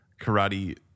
karate